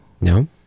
No